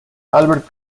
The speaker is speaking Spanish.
albert